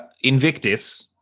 Invictus